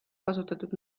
kasutatud